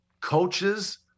coaches